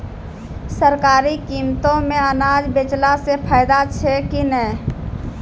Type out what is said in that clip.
सरकारी कीमतों मे अनाज बेचला से फायदा छै कि नैय?